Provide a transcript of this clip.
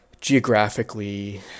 geographically